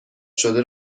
شده